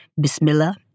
Bismillah